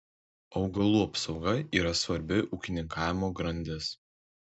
augalų apsauga yra svarbi ūkininkavimo grandis